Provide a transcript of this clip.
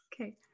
Okay